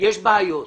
שיש בעיות.